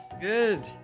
Good